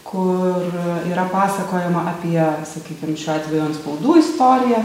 kur yra pasakojama apie sakykim šiuo atveju antspaudų istoriją